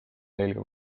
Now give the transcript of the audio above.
selga